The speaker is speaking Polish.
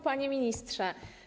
Panie Ministrze!